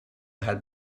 had